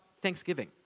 Thanksgiving